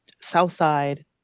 Southside